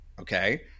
okay